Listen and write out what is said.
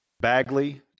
Bagley